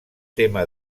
tema